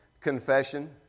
Confession